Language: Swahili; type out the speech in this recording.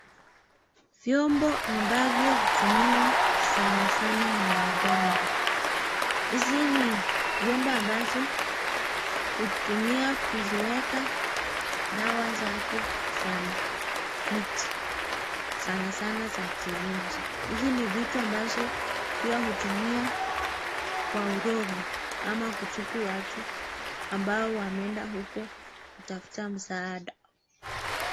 Vyombo ambavyo hutumiwa sanaa sanaa na waganga. Hizi ni viombo ambazo hutumia kuziweka dawa zake za miti sanaa sanaa za kienyeji. Hizi ni vitu amabazo pia hutumia kwa urogi ama kutibu watu ambao wameenda huko kutafuta msaada.